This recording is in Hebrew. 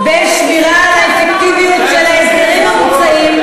בין שמירה על האפקטיביות של ההסדרים המוצעים,